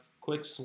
quick